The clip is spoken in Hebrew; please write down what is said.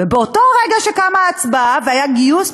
ובאותו רגע שקמה ההצבעה והיה גיוס,